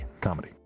Comedy